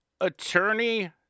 Attorney